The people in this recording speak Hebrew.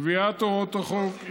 קביעת הוראות החוק,